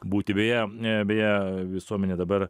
būti beje beje visuomenė dabar